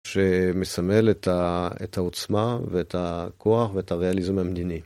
שמסמל את העוצמה ואת הכוח ואת הריאליזם המדיני.